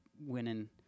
winning